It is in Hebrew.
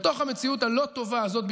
בתוך המציאות הלא-טובה הזאת,